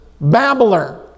babbler